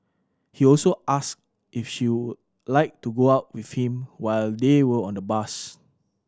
he also asked if she would like to go out with him while they were on the bus